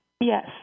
Yes